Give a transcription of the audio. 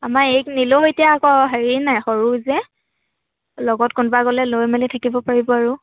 আমাৰ এইক নিলেও এতিয়া আকৌ হেৰি নাই সৰু যে লগত কোনোবা গ'লে লৈ মেলি থাকিব পাৰিব আৰু